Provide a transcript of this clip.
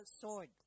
sword